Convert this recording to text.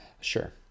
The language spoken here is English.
Sure